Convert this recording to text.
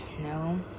No